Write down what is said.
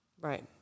Right